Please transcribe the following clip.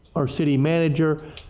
our city manager,